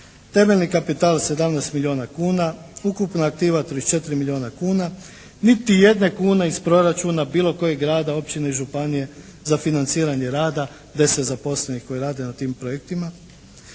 temeljni kapital 17 milijuna kuna, ukupna aktiva 34 milijuna kuna, niti jedne kune iz proračuna bilo kojeg grada, općine i županije za financiranje rada 10 zaposlenih koji rade na tim projektima,